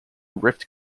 rift